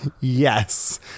Yes